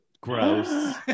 Gross